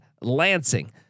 Lansing